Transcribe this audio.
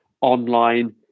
online